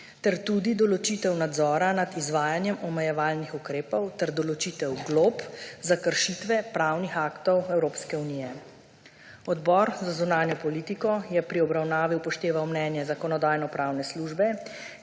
ter tudi določitev nadzora nad izvajanjem omejevalnih ukrepov ter določitev glob za kršitve pravnih aktov Evropske unije. Odbor za zunanjo politiko je pri obravnavi upošteval mnenje Zakonodajno-pravne službe,